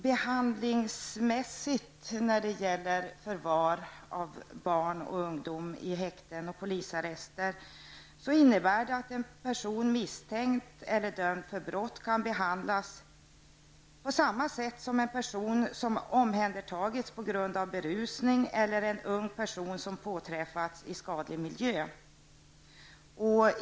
Behandlingsmässigt innebär förvar av barn och ungdomar i häkten och polisarrester att en person som är misstänkt eller dömd för brott kan behandlas på samma sätt som en person som omhändertagits på grund av berusning eller en ung person som påträffats i skadlig miljö.